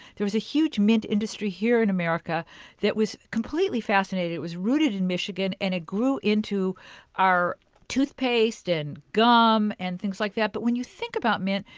there was a huge mint industry here in america that was completely fascinated. it was rooted in michigan and it grew into our toothpaste, and gum and things like that but when you think about mint,